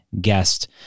guest